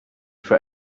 für